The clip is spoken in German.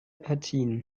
partien